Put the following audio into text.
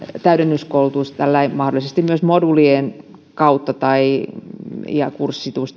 täydennyskoulutus tällä tavalla mahdolliseksi myös moduulien kautta ja kurssitusten kautta